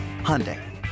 Hyundai